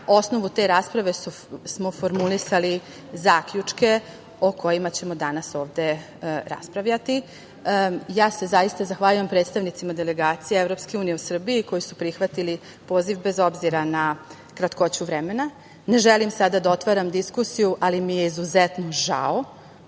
osnovu te rasprave smo formulisali zaključke o kojima ćemo danas ovde raspravljati. Ja se zaista zahvaljujem predstavnicima delegacije EU u Srbiji koji su prihvatili poziv, bez obzira na kratkoću vremena. Ne želim sada da otvaram diskusiju, ali mi je izuzetno žao